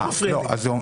לא מפריע לי .